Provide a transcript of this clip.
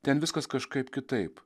ten viskas kažkaip kitaip